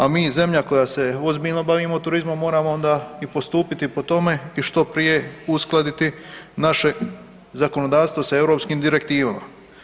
A mi zemlja koja se ozbiljno bavimo turizmom moramo onda i postupiti po tome i što prije uskladiti naše zakonodavstvo sa europskim direktivama.